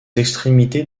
extrémités